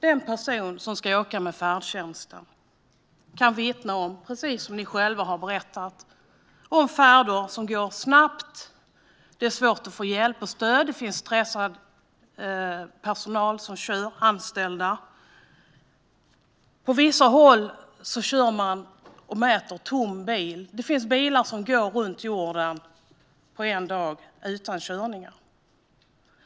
Den person som åker med färdtjänsten kan, precis som andra har berättat, vittna om färder som går snabbt. Det är svårt att få hjälp och stöd. Det är stressad personal som kör. På vissa håll kör man och mäter tom bil. Det finns bilar som så att säga går runt jorden på en dag utan körningar.